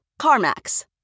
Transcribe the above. CarMax